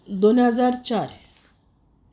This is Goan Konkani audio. दोन हाजार चार